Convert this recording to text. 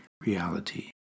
reality